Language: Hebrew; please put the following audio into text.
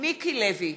מיקי לוי,